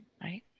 Right